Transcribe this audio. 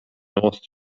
north